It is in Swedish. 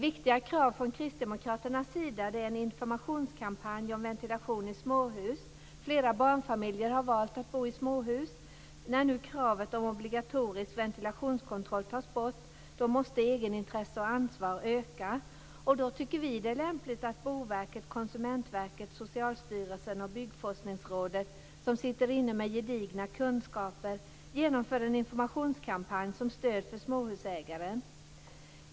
Viktiga krav från kristdemokraternas sida är en informationskampanj om ventilation i småhus. Flera barnfamiljer har valt att bo i småhus. När nu kravet på obligatorisk ventilationskontroll tas bort, måste egenintresse och ansvar öka. Då tycker vi att det är lämpligt att Boverket, Konsumentverket, Socialstyrelsen och Byggforskningsrådet, som sitter inne med gedigna kunskaper, genomför en informationskampanj som stöd för småhusägarna.